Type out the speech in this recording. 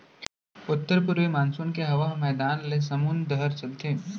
उत्तर पूरवी मानसून के हवा ह मैदान ले समुंद डहर चलथे